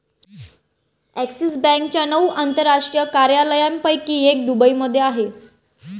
axis बँकेच्या नऊ आंतरराष्ट्रीय कार्यालयांपैकी एक दुबईमध्ये आहे